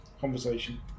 conversation